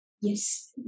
yes